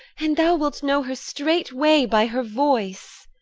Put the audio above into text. and thou wilt know her straightway by her voice.